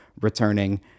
returning